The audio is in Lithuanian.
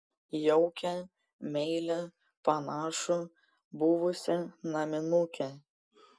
jaukią meilią panašu buvusią naminukę